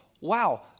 wow